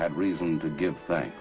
had reason to give thanks